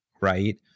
right